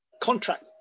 contract